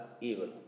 evil